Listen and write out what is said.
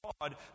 God